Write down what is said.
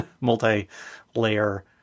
multi-layer